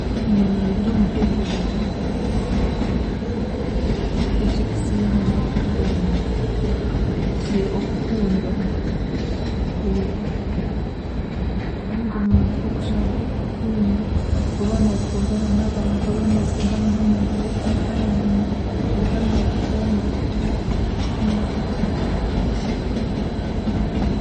Niinye ningira omuryeryo bibiri, ekikusinga n'okukunda okukundwa kubanga omuntu okushanga okukundwa, oba nookundwa na n'abantu oba nookundwa na n'omuntu wotakaamanya kyonka naakukunda.